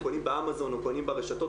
קונים באמזון או קונים ברשתות,